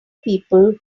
people